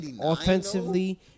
Offensively